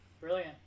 brilliant